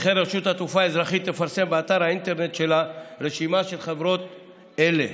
וכן רשות התעופה האזרחית תפרסם באתר האינטרנט שלה רשימה של חברות אלה.